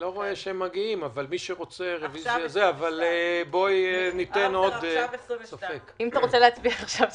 עכשיו 14:22. אם אתה רוצה להצביע עכשיו,